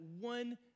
one